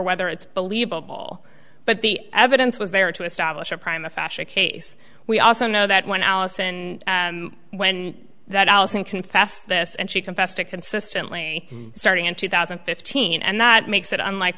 whether it's believable but the evidence was there to establish a prime a fashion case we also know that when allison when that allison confess this and she confessed to consistently starting in two thousand and fifteen and that makes it unlike